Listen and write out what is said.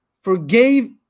forgave